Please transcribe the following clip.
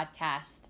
podcast